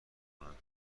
کنند